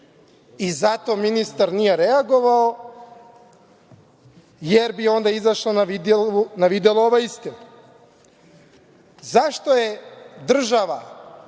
I zato ministar nije reagovao, jer bi onda izašla na videlo ova istina.Zašto je država,